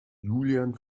julian